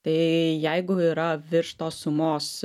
tai jeigu yra virš tos sumos